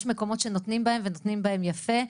יש מקומות שנותנים בהם ונותנים בהם יפה,